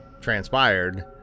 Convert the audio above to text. transpired